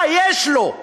מה יש לו?